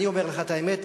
אני אומר לך את האמת,